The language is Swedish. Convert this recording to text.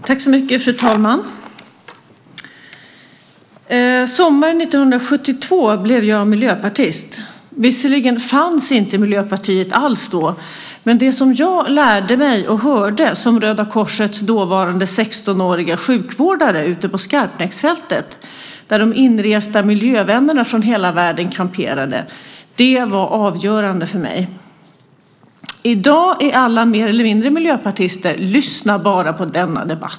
Fru talman! Sommaren 1972 blev jag miljöpartist. Visserligen fanns inte Miljöpartiet alls då, men det som jag lärde mig och hörde som Röda Korsets dåvarande 16-åriga sjukvårdare ute på Skarpnäcksfältet, där de inresta miljövännerna från hela världen kamperade, var avgörande för mig. I dag är alla mer eller mindre miljöpartister. Lyssna bara på denna debatt!